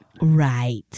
Right